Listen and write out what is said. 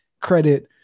credit